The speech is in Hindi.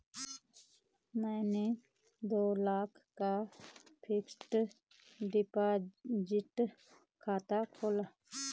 मैंने दो लाख का फ़िक्स्ड डिपॉज़िट खाता खोला